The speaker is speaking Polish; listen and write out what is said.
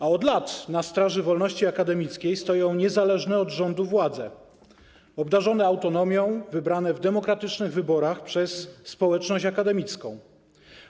A od lat na straży wolności akademickiej stoją niezależne od rządu władze, obdarzone autonomią, wybrane w demokratycznych wyborach przez społeczność akademicką.